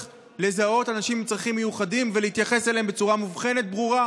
לזהות אנשים עם צרכים מיוחדים ולהתייחס אליהם בצורה מובחנת ברור.